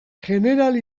jeneral